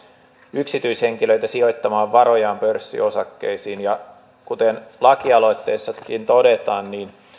yksityishenkilöitä sijoittamaan varojaan pörssiosakkeisiin ja kuten lakialoitteessakin todetaan